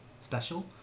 special